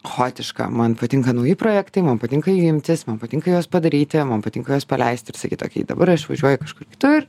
chaotiška man patinka nauji projektai man patinka imtis man patinka juos padaryti man patinka juos paleisti ir sakyti okei dabar aš važiuoju kažkur kitur